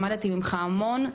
למדתי ממך המון,